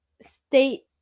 state